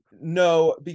No